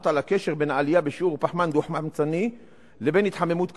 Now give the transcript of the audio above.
על הקשר בין עלייה בשיעור פחמן דו-חמצני לבין התחממות כדור-הארץ.